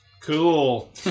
Cool